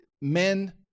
men